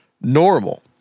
normal